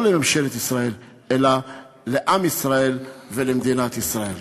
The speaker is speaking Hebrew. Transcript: לא לממשלת ישראל אלא לעם ישראל ולמדינת ישראל.